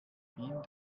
hin